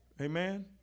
Amen